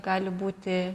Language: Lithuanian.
gali būti